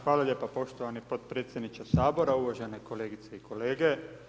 Hvala lijepo poštovani potpredsjedniče Sabora, uvažene kolegice i kolege.